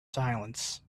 silence